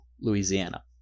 Louisiana